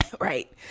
Right